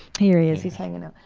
here he is, he's hanging out.